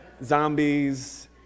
zombies